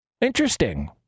Interesting